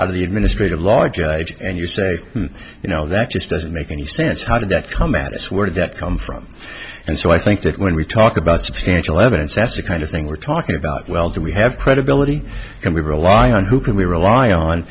things the administrative law judge and you say you know that just doesn't make any sense how did that come out it's where did that come from and so i think that when we talk about substantial evidence that's the kind of thing we're talking about well do we have credibility can we rely on who can we rely on